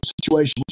situation